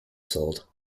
sold